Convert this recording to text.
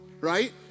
right